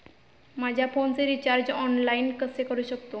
माझ्या फोनचे recharge online कसे करू शकतो?